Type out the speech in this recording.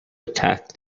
attack